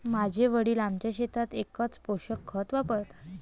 माझे वडील आमच्या शेतात एकच पोषक खत वापरतात